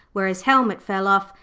where his helmet fell off,